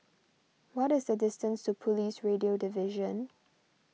what is the distance to Police Radio Division